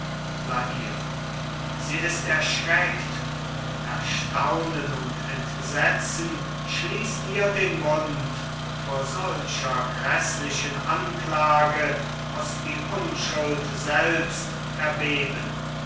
sie ist erschreckt erstaunen und entsetzen schließt ihr den mund vor solcher gräßlichen anklage muß die unschuld selbst erbeben